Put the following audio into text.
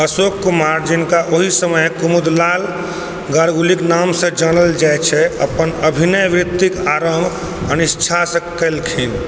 अशोक कुमार जिनका ओहि समयमे कुमुदलाल गाङ्गुलीके नामसँ जानल जाइत छल अपन अभिनय वृत्तिके आरम्भ अनिच्छासँ कएलनि